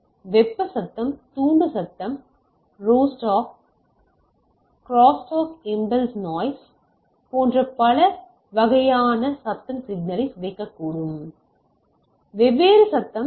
வெப்ப சத்தம் தூண்டப்பட்ட சத்தம் ரோஸ்டாக் இம்பல்ஸ் நாய்ஸ் போன்ற பல வகையான சத்தம் சிக்னலை சிதைக்கக் கூடும் வெவ்வேறு சத்தம் இருக்கும்